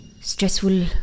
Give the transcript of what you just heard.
stressful